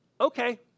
okay